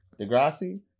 Degrassi